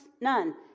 none